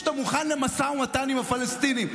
שאתה מוכן למשא ומתן עם הפלסטינים.